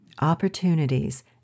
opportunities